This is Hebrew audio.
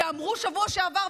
ואמרו בשבוע שעבר,